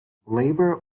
labour